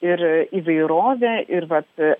ir įvairove ir vat